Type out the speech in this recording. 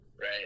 Right